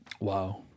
Wow